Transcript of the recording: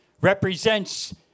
Represents